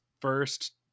first